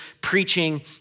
preaching